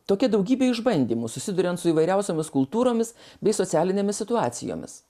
tokia daugybė išbandymų susiduriant su įvairiausiomis kultūromis bei socialinėmis situacijomis